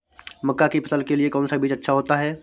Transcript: मक्का की फसल के लिए कौन सा बीज अच्छा होता है?